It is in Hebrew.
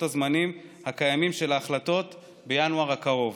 הזמנים הקיימים של ההחלטות בינואר הקרוב.